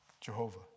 Jehovah